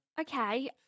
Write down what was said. Okay